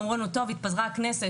אמרו לנו טוב התפזרה הכנסת,